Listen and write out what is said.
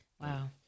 Wow